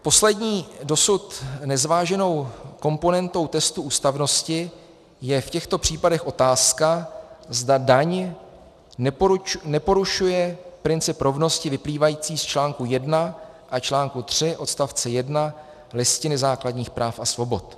Poslední dosud nezváženou komponentou testu ústavnosti je v těchto případech otázka, zda daň neporušuje princip rovnosti vyplývající z článku 1 a článku 3 odst. 1 Listiny základních práv a svobod.